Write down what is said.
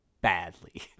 badly